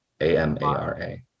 A-M-A-R-A